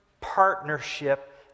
partnership